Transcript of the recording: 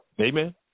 Amen